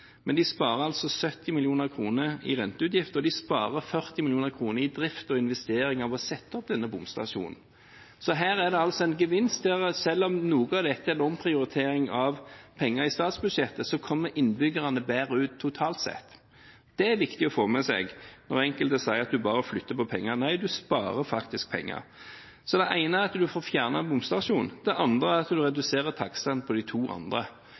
men de sparer 70 mill. kr i renteutgifter, og de sparer 40 mill. kr i drift og investering ved å sette opp denne bomstasjonen. Her er det altså en gevinst. Selv om noe av dette er en omprioritering av penger i statsbudsjettet, kommer innbyggerne bedre ut totalt sett. Det er viktig å få med seg når enkelte sier at du bare flytter på penger. Nei, du sparer faktisk penger. Så det ene er at du får fjernet bomstasjonen. Det andre er at du reduserer takstene på de to andre.